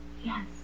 yes